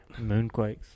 moonquakes